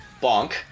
Bonk